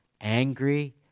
angry